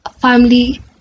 family